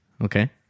Okay